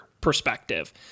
perspective